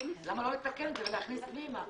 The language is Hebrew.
למה לא לתקן את זה ולהכניס פנימה?